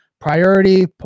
priority